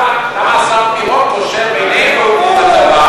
למה השר פירון קושר בינינו לצבא?